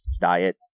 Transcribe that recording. diet